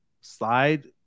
slide